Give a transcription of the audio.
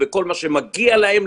כל מה שמגיע להם.